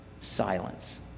silence